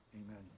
Amen